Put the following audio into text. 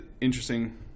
interesting